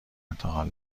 انتقال